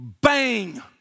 bang